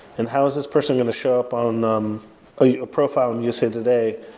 and how is this person going to show up on um ah yeah a profile in usa today?